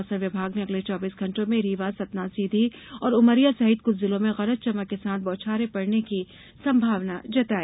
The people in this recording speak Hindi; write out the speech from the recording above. मौसम विभाग ने अगले चौबीस घंटों में रीवा सतना सीधी और उमरिया सहित कुछ जिलों में गरज चमक के साथ बौछारें पडने की संभावना जताई